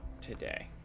today